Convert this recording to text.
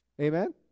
amen